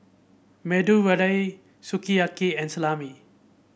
Medu Vada Sukiyaki and Salami